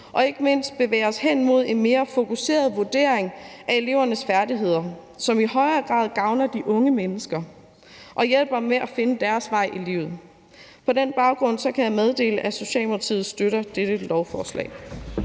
vi ikke mindst bevæger os hen mod en mere fokuseret vurdering af elevernes færdigheder, som i højere grad gavner de unge mennesker og hjælper dem med at finde deres vej i livet. På den baggrund kan jeg meddele, at Socialdemokratiet støtter dette lovforslag.